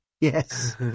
Yes